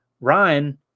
Ryan